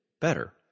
better